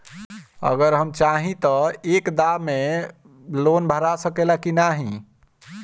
अगर हम चाहि त एक दा मे लोन भरा सकले की ना?